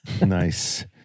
Nice